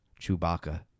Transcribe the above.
Chewbacca